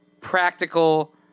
practical